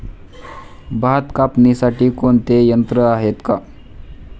भात कापणीसाठी कोणते यंत्र आहेत का?